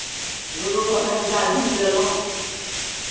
रोडोपर कनि काल घुमि लेलहुँ